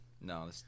No